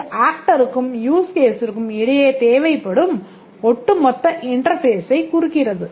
இது ஆக்டருக்கும் யூஸ் கேஸிற்கும் இடையே தேவைப்படும் ஒட்டுமொத்த இன்டர்பேஸைக் குறிக்கிறது